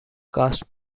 cast